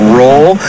roll